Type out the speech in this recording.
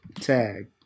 tag